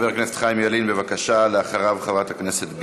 חבר הכנסת חיים ילין, ואחריו, חברת הכנסת גרמן.